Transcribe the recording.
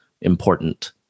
important